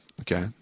okay